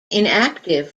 inactive